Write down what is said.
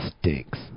stinks